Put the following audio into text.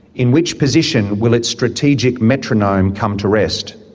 in which position will its strategic metronome come to rest?